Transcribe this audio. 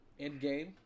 Endgame